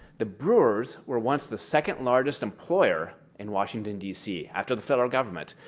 the brewers were once the second largest employer in washington, d c. after the federal government.